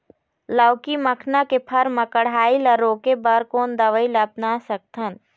लाउकी मखना के फर मा कढ़ाई ला रोके बर कोन दवई ला अपना सकथन?